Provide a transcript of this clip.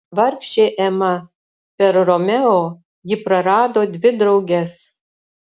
vargšė ema per romeo ji prarado dvi drauges